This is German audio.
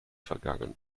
vergangen